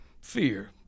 Fear